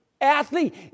athlete